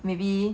maybe